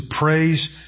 praise